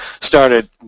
started